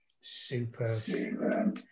Super